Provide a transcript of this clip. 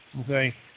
Okay